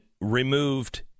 removed